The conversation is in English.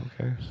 okay